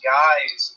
guys